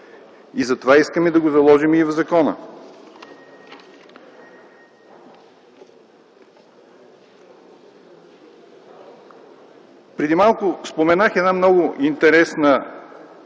Затова искаме да го наложим в закона. Преди малко споменах една много интересна цел на